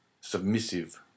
submissive